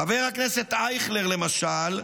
חבר הכנסת אייכלר, למשל,